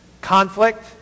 conflict